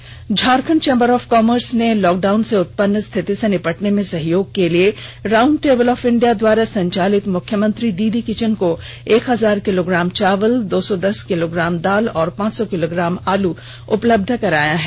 संक्षिप्त खबर Jharkhand chambers of commerce ने लॉकडाउन से उत्पन्न स्थिति से निपटने में सहयोग के लिए राउंड टेबल ऑफ इंडिया द्वारा संचालित मुख्यमंत्री दीदी किचन को एक हजार किलोग्राम चावल दो सौ दस किलोग्राम दाल और पाँच सौ किलोग्राम आलू उपलब्ध कराया है